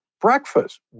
breakfast